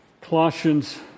Colossians